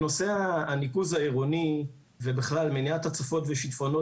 הניקוז העירוני ובכלל מניעת הצפות ושיטפונות